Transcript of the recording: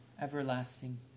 everlasting